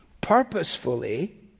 purposefully